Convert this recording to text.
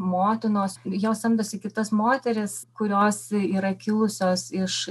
motinos jos samdosi kitas moteris kurios yra kilusios iš